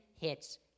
hits